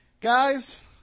Guys